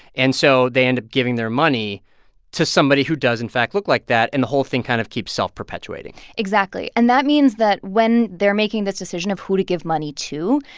and so they end up giving their money to somebody who does in fact look like that, and the whole thing kind of keeps self-perpetuating exactly. and that means that when they're making this decision of who to give money to,